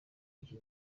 iki